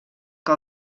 que